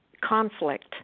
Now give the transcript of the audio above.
conflict